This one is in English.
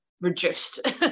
reduced